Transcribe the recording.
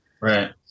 Right